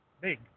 big